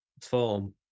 form